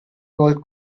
gold